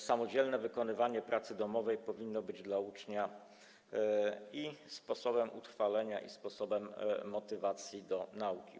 Samodzielne wykonywanie pracy domowej powinno być dla ucznia i sposobem utrwalenia wiedzy, i sposobem motywacji do nauki.